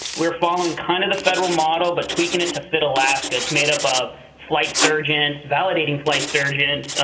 we're following kind of the federal model but tweaking it to fit alaska. made up of flight surgeons, validating flight surgeons,